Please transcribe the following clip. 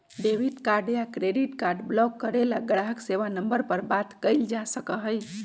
debit card या credit card block करे ला ग्राहक सेवा नंबर पर बात कइल जा सका हई